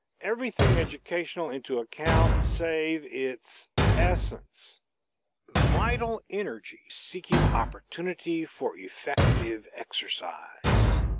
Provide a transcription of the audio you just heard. everything educational into account save its essence vital energy seeking opportunity for effective exercise.